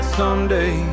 someday